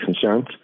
concerns